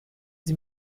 sie